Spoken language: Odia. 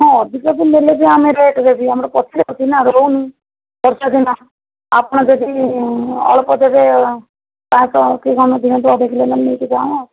ହଁ ଅଧିକ ବି ନେଲେବି ଆମେ ରେଟ୍ ରେ ବି ଆମର ପଚିଯାଉଛି ନା ରହୁନି ବର୍ଷାଦିନ ଆପଣ ଯଦି ଅଳପ ଦେବେ ତାହାଲେ ତ ଅଧକିଲେ ମୁଁ ନେଇକି ଯାଏଁ